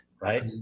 Right